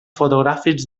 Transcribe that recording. fotogràfics